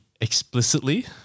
explicitly